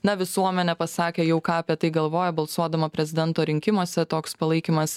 na visuomenė pasakė jau ką apie tai galvoja balsuodama prezidento rinkimuose toks palaikymas